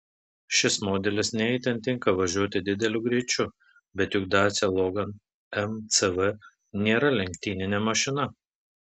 šis modelis ne itin tinka važiuoti dideliu greičiu bet juk dacia logan mcv nėra lenktyninė mašina